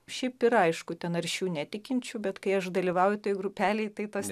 šiaip yra aišku ten aršių netikinčių bet kai aš dalyvauju toj grupelėj tai tos